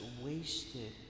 wasted